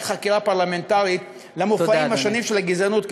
חקירה פרלמנטרית למופעים השונים של הגזענות,